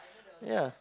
ya